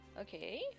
Okay